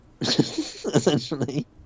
essentially